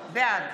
בעד